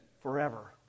forever